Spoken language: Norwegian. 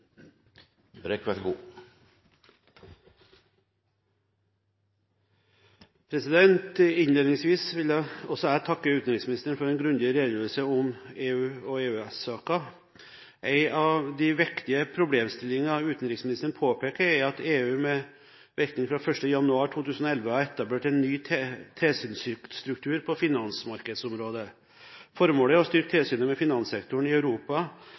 Innledningsvis vil også jeg takke utenriksministeren for en grundig redegjørelse om EU og EØS-saker. En av de viktige problemstillingene utenriksministeren påpeker, er at EU med virkning fra den 1. januar 2011 har etablert en ny tilsynsstruktur på finansmarkedsområdet. Formålet er å styrke tilsynet med finanssektoren i Europa,